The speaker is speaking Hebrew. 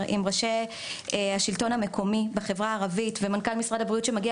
עם ראשי השלטון המקומי בחברה הערבית ומנכ"ל משרד הבריאות שמגיע